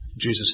Jesus